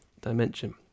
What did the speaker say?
dimension